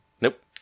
Nope